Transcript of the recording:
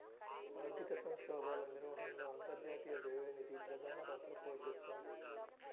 ఆర్థిక సంక్షోభాల నిర్వహణలో అంతర్జాతీయ ద్రవ్య నిధి ప్రధాన పాత్ర పోషిస్తోంది